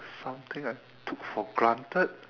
something I took for granted